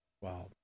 Wow